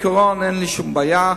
בעיקרון אין לי שום בעיה.